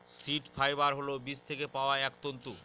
seed fibre হল বীজ থেকে পাওয়া এক তন্তু